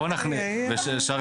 בואו נחזור להגדרות.